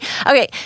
Okay